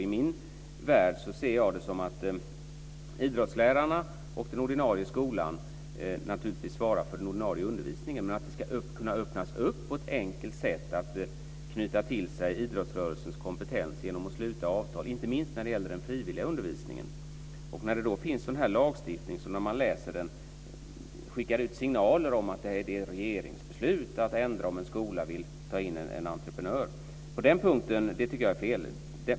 I min värld ska idrottslärarna och den ordinarie skolan naturligtvis svara för den ordinarie undervisningen, men det ska kunna öppnas på ett enkelt sätt så att man kan knyta till sig idrottsrörelsens kompetens genom att sluta avtal inte minst när det gäller den frivilliga undervisningen. Det finns lagstiftning som när man läser den skickar ut vissa signaler. Det krävs regeringsbeslut om en skola ska ta in en entreprenör. Det tycker jag är fel.